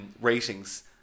ratings